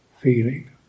feeling